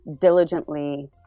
diligently